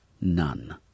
None